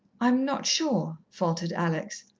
i'm not sure, faltered alex.